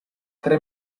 tre